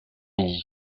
midi